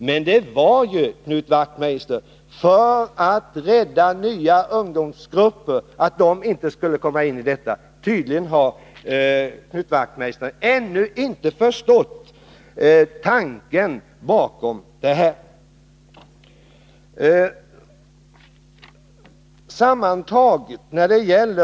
Men det var ju, Knut Wachtmeister, för att rädda nya ungdomsgrupper, så att de inte skulle dras in i öldrickande, som vi genomförde förslaget. Tydligen har Knut Wachtmeister ännu inte förstått den tanke som ligger bakom.